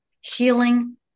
healing